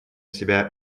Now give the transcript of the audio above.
себя